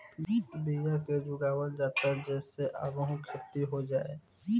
बिया के जोगावल जाता जे से आगहु खेती हो जाए